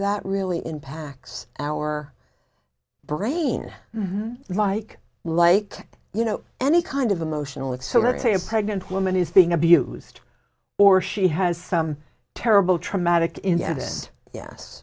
that really impacts our brain like like you know any kind of emotional it's so let's say a pregnant woman is being abused or she has some terrible traumatic